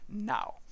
now